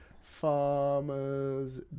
Farmers